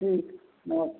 ठीक नमस्ते